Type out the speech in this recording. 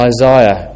Isaiah